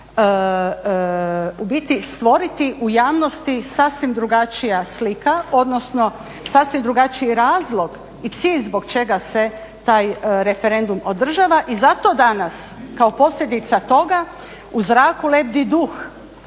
u biti stvoriti u javnosti sasvim drugačija slika, odnosno sasvim drugačiji razlog i cilj zbog čega se taj referendum održava i zato danas kao posljedica toga u zraku lebdi duh